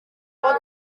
vot